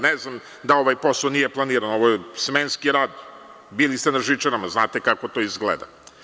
Ne znamda ovaj posao nije planiran, ovo je smenski rad, bili ste na žičarama znate kako to izgleda.